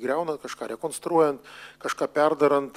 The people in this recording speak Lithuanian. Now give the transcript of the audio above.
griaunant kažką rekonstruojant kažką perdarant